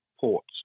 ports